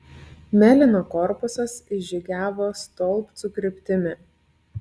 melino korpusas išžygiavo stolpcų kryptimi